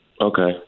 Okay